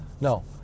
no